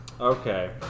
Okay